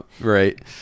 right